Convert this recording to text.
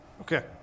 Okay